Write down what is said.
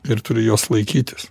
ir turi jos laikytis